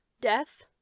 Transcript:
death